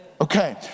Okay